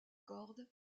corde